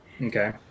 Okay